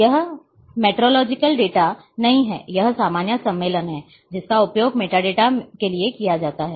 यह metrological data नहीं है यह सामान्य सम्मेलन है जिसका उपयोग मेटाडेटा के लिए किया जाता है